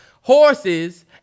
Horses